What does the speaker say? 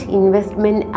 investment